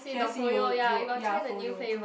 k_f_c yo yo ya froyo